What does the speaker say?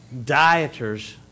dieters